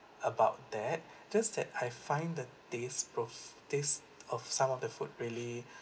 about that just that I find the taste prove taste of some of the food really